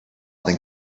than